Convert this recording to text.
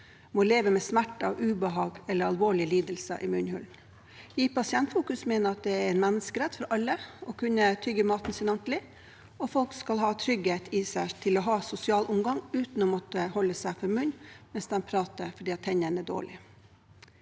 må leve med smerter og ubehag eller alvorlige lidelser i munnhulen. Vi i Pasientfokus mener det er en menneskerett for alle å kunne tygge maten sin ordentlig, og folk skal ha trygghet i seg til å ha sosial omgang uten å måtte holde seg for munnen mens de prater, fordi tennene er dårlige.